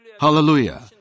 Hallelujah